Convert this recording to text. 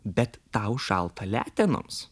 bet tau šalta letenoms